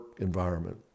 environment